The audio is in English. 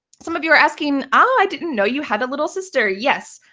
some of you are asking, oh, i didn't know you had a little sister. yes.